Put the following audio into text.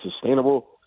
sustainable